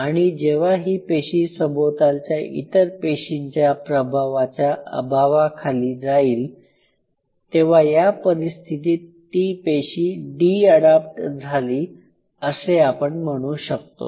आणि जेव्हा ही पेशी सभोवतालच्या इतर पेशींच्या प्रभावाच्या अभावाखाली जाईल तेव्हा या परिस्थितीत ती पेशी डी अडाप्ट झाली असे आपण म्हणू शकतो